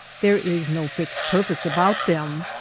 there is no fixed purpose about them.